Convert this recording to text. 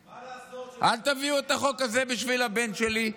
מה לעשות, אל תביאו את החוק הזה בשביל הבן שלי.